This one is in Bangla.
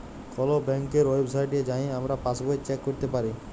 কল ব্যাংকের ওয়েবসাইটে যাঁয়ে আমরা পাসবই চ্যাক ক্যইরতে পারি